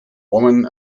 women